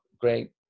great